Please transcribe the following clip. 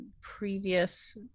previous